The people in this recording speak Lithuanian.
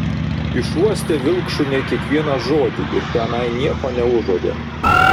išuostė vilkšuniai kiekvieną žodį ir tenai nieko neužuodė